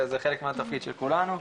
זה חלק מהתפקיד של כולנו,